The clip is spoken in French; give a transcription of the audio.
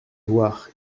voir